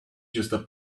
just